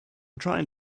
trying